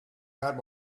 had